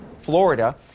Florida